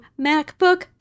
MacBook